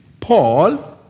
Paul